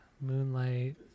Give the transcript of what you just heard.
Moonlight